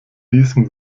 diesem